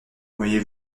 voyez